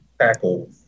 tackle